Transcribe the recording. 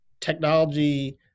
technology